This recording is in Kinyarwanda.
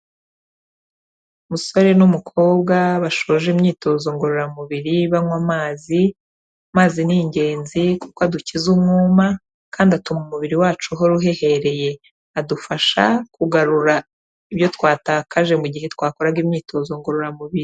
Umusore n'umukobwa bashoje imyitozo ngororamubiri banywa amazi. Amazi ni ingenzi kuko adukiza umwuma kandi atuma umubiri wacu uhora uhehereye, adufasha kugarura ibyo twatakaje mu gihe twakoraga imyitozo ngororamubiri.